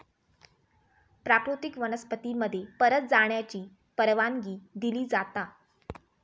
प्राकृतिक वनस्पती मध्ये परत जाण्याची परवानगी दिली जाता